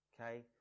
Okay